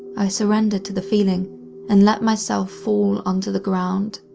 i surrendered to the feeling and let myself fall onto the ground.